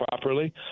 properly